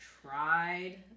tried